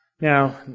Now